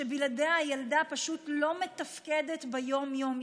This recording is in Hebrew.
שבלעדיה הילדה פשוט לא מתפקדת ביום-יום,